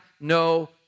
no